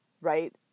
right